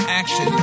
action